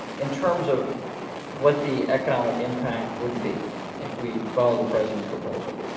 in terms of what the economic impact would be if we followed the president's proposal,